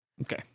Okay